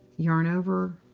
yarn over,